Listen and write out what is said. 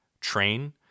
Train